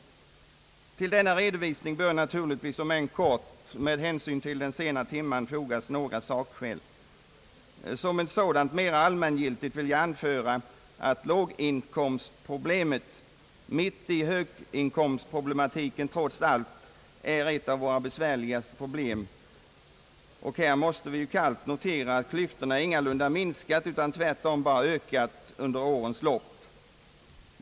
Till denna redovisning bör naturligtvis — om än kort med hänsyn till den sena timmen — fogas några sakskäl. Som ett mer allmängiltigt sådant vill jag anföra att låginkomstproblemet mitt i höginkomstproblematiken trots allt är ett av våra besvärligaste problem; och här måste vi kallt notera att klyftorna ingalunda minskat utan tvärtom bara ökat under årens lopp.